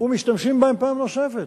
ומשתמשים בהם פעם נוספת.